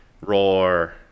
Roar